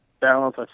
balance